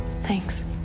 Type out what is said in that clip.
Thanks